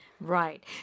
Right